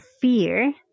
fear